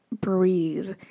breathe